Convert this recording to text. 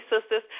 Sisters